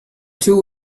two